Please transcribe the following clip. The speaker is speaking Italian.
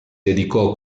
dedicò